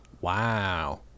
wow